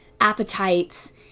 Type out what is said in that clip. appetites